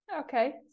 Okay